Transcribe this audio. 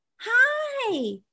Hi